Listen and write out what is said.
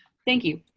thank you.